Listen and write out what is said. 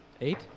eight